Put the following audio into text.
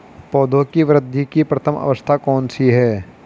पौधों की वृद्धि की प्रथम अवस्था कौन सी है?